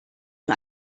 nur